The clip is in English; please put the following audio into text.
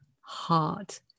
heart